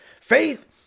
Faith